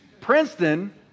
Princeton